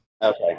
okay